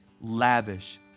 lavish